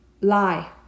lie